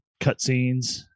cutscenes